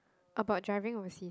about driving oversea